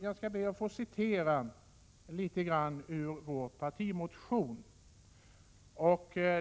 Jag skall be att få citera litet grand ur vår partimotion.